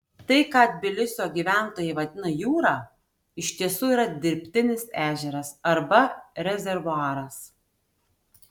tai ką tbilisio gyventojai vadina jūra iš tiesų yra dirbtinis ežeras arba rezervuaras